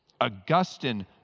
Augustine